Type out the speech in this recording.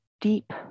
deep